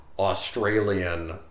Australian